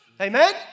Amen